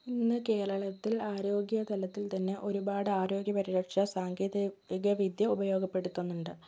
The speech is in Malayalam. ഇന്ന് കേരളത്തിൽ ആരോഗ്യ തലത്തിൽ തന്നെ ഒരുപാട് ആരോഗ്യ പരിരക്ഷ സാങ്കേതികവിദ്യ ഉപയോഗപ്പെടുത്തുന്നുണ്ട്